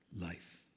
life